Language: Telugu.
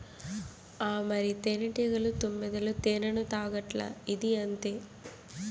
ఆ మరి, తేనెటీగలు, తుమ్మెదలు తేనెను తాగట్లా, ఇదీ అంతే